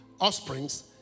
offsprings